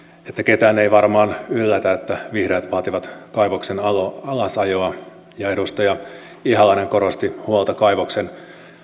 että ketään ei varmaan yllätä että vihreät vaativat kaivoksen alasajoa ja edustaja ihalainen korosti huolta kaivoksen